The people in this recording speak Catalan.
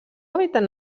hàbitat